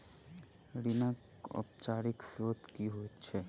ऋणक औपचारिक स्त्रोत की होइत छैक?